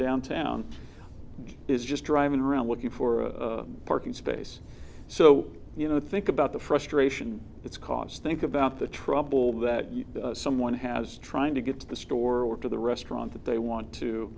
downtown is just driving around looking for parking space so you know think about the frustration it's cost think about the trouble that you someone has trying to get to the store to the restaurant that they want